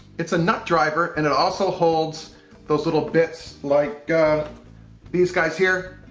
it's a nut driver and it also holds those little bits like these guys here.